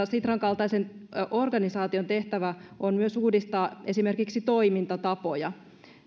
sitran kaltaisen organisaation tehtävä on myös uudistaa esimerkiksi toimintatapoja